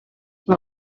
mae